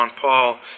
Paul